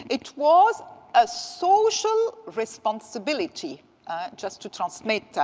it was a social responsibility just to transmit.